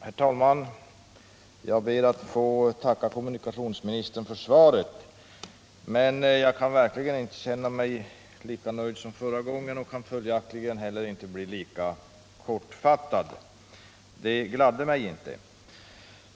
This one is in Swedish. Herr talman! Jag ber att få tacka kommunikationsministern för svaret. Men jag kan verkligen inte känna mig lika nöjd som förra gången och kan följaktligen heller inte bli lika kortfattad. Svaret gladde mig inte.